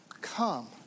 come